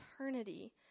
eternity